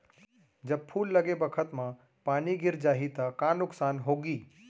जब फूल लगे बखत म पानी गिर जाही त का नुकसान होगी?